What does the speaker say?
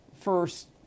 First